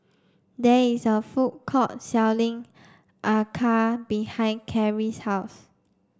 there is a food court selling Acar behind Carrie's house